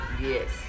Yes